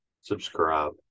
subscribe